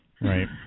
Right